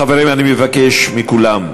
חברים, אני מבקש מכולם,